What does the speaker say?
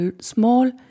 small